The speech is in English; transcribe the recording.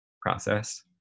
process